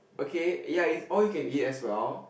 okay ya it's all you can eat as well